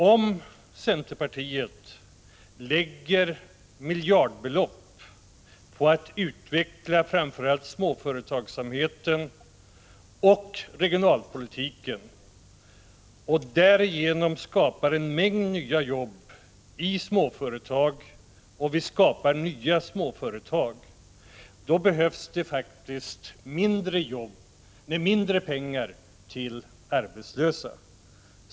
Om centerpartiet anslår miljardbelopp till en utveckling av framför allt småföretagsamheten och regionalpolitiken och en mängd nya jobb i småföretag och även nya småföretag därigenom skapas, behövs det färre jobb och mindre pengar till arbetslösa.